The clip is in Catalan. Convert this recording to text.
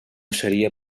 seria